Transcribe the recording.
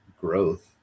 growth